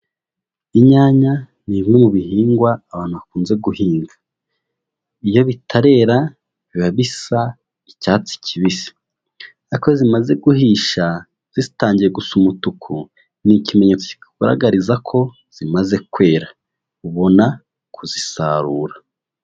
Inyanya ni rumwe mu bihingwa abantu bakunze guhinga. Iyo bitarera, biba bisa icyatsi kibisi. Ariko iyo zimaze guhisha, zitangiye gusa umutuku, ni ikimenyetso kikugaragariza ko zimaze kwera, ubona kuzisarura.